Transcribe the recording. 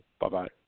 Bye-bye